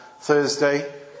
Thursday